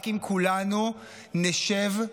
רק אם כולנו נשב,